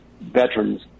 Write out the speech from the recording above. veterans